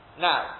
Now